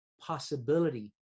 possibility